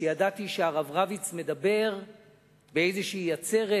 וידעתי שכשהרב רביץ מדבר באיזו עצרת,